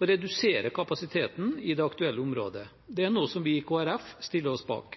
å redusere kapasiteten i det aktuelle området. Det er noe vi i Kristelig Folkeparti stiller oss bak.